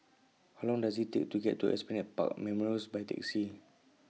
How Long Does IT Take to get to Esplanade Park Memorials By Taxi